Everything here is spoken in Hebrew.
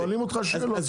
שואלים אותך שאלות.